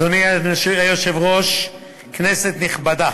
אדוני היושב-ראש, כנסת נכבדה,